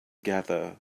gather